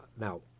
Now